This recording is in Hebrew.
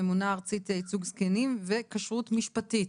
ממונה ארצית לייצוג זקנים וכשרות משפטית.